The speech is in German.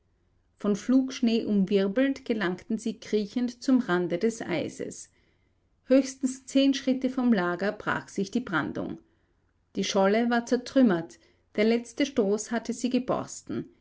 von flugschnee umwirbelt gelangten sie kriechend zum rande des eises höchstens zehn schritte vom lager brach sich die brandung die scholle war zertrümmert der letzte stoß hatte sie geborsten